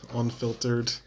unfiltered